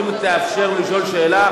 אם תאפשר לו לשאול שאלה,